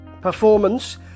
performance